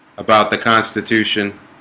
about the constitution